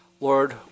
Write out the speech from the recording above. Lord